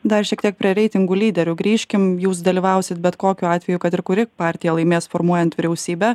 dar šiek tiek prie reitingų lyderių grįžkim jūs dalyvausite bet kokiu atveju kad ir kuri partija laimės formuojant vyriausybę